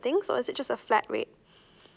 thing or is it just a flat rate